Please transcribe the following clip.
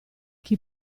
chi